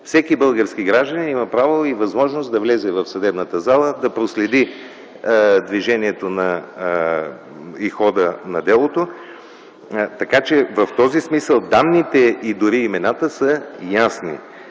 Всеки български гражданин има право и възможност да влезе в съдебната зала, да проследи движението, хода на делото, така че в този смисъл данните и дори имената са ясни.